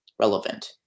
relevant